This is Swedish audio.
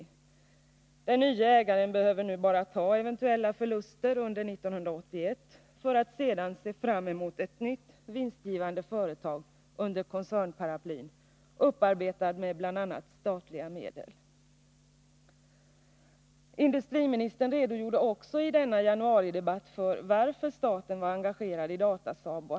Den nye ägaren behöver nu bara ta eventuella förluster under 1981 för att sedan se fram emot ett nytt vinstgivande företag under koncernparaplyn, upparbetat med bl.a. statliga medel. Industriministern redogjorde också i denna januaridebatt för varför staten var engagerad i Datasaab.